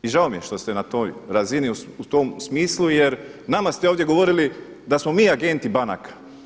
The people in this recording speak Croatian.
I žao mi je što ste na toj razini u tom smislu jer nama ste ovdje govorili da smo mi agenti banaka.